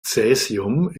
cäsium